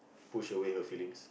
push away her feelings